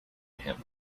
him